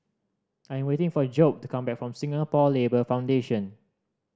I am waiting for Jobe to come back from Singapore Labour Foundation